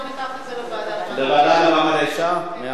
בוא ניקח את זה לוועדה למעמד האשה.